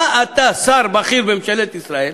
מה אתה, שר בכיר בממשלת ישראל,